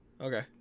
Okay